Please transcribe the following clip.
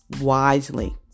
wisely